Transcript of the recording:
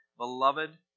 Beloved